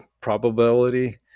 probability